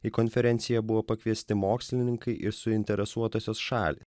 į konferenciją buvo pakviesti mokslininkai ir suinteresuotosios šalys